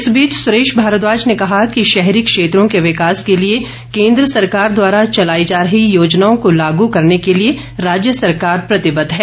इस बीच सुरेश भारद्वाज ने कहा है कि शहरी क्षेत्रों के विकास के लिए केन्द्र सरकार द्वारा चलाई जा रही योजनाओं को लागू करने के लिए राज्य सरकार प्रतिबद्ध है